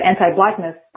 anti-blackness